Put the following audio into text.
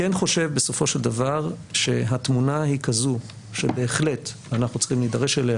בסופו של דבר התמונה היא כזו שבהחלט אנחנו צריכים להידרש אליה